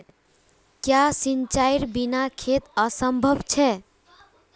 क्याँ सिंचाईर बिना खेत असंभव छै?